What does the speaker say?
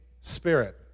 spirit